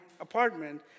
apartment